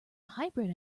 hybrid